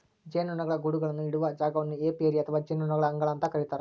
ಜೇನುನೊಣಗಳ ಗೂಡುಗಳನ್ನು ಇಡುವ ಜಾಗವನ್ನು ಏಪಿಯರಿ ಅಥವಾ ಜೇನುನೊಣಗಳ ಅಂಗಳ ಅಂತ ಕರೀತಾರ